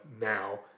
now